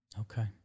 Okay